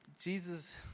Jesus